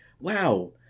Wow